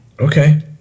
Okay